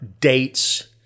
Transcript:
dates